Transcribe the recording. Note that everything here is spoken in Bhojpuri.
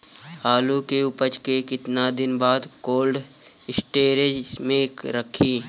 आलू के उपज के कितना दिन बाद कोल्ड स्टोरेज मे रखी?